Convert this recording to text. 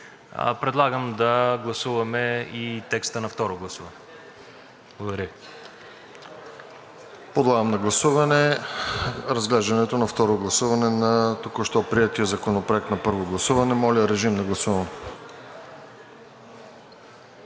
предлагам да гласуваме текста и на второ гласуване. Благодаря